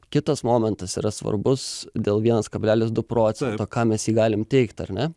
kitas momentas yra svarbus dėl vienas kablelis du procento kam mes jį galim teikt ar ne